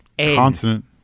Consonant